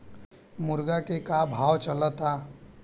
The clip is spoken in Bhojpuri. मुर्गा के का भाव चलता?